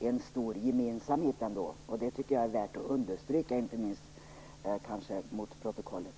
en stor gemensamhet. Jag tycker att det är värt att understryka, inte minst för protokollet.